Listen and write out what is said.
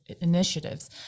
initiatives